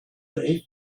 they